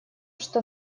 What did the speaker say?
что